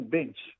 Bench